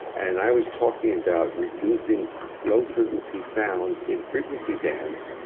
and i was talking about reducing low frequency sounds in frequency bands,